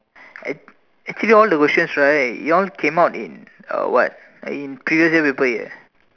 act~ actually all the questions right they all came out in uh what in previous paper year paper A eh